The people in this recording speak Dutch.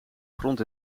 grond